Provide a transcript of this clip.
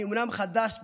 אני אומנם חדש בבניין,